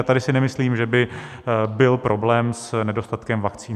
Tady si nemyslím, že by byl problém s nedostatkem vakcín.